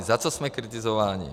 Za co jsme kritizováni?